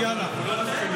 דבר מהר.